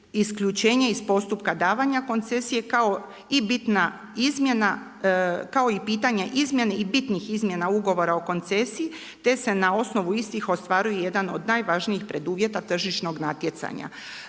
isključenja iz postupka davanja koncesije kao i bitna izmjena, kao i pitanje izmjene i bitnih izmjena ugovora o koncesiji, te se na osnovu istih ostvaruju jedan od najvažnijih preduvjeta tržišnog natjecanja.